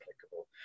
applicable